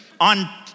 on